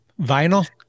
Vinyl